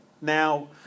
Now